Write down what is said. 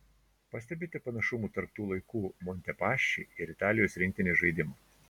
pastebite panašumų tarp tų laikų montepaschi ir italijos rinktinės žaidimo